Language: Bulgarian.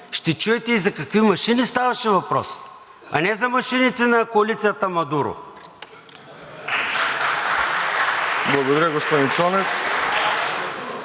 ще чуете и за какви машини ставаше въпрос, а не за машините на коалицията Мадуро. (Ръкопляскания от